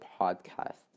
podcast